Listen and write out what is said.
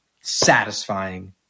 satisfying